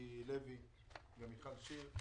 ומיקי לוי ומיכל שיר,